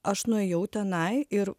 aš nuėjau tenai ir